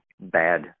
bad